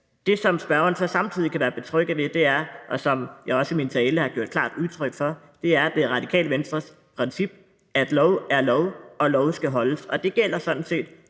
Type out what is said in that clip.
Det, som spørgeren så samtidig kan være tryg ved, og som jeg også i min tale har givet klart udtryk for, er, at det er Radikale Venstres princip, at lov er lov og lov skal holdes, og det gælder sådan set